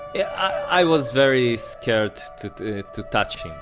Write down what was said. yeah i was very scared to to touch